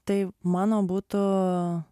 tai mano butų